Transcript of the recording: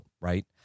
right